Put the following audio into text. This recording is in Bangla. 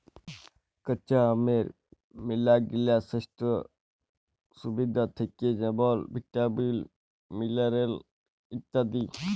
কাঁচা আমের ম্যালাগিলা স্বাইস্থ্য সুবিধা থ্যাকে যেমল ভিটামিল, মিলারেল ইত্যাদি